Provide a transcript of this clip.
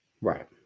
Right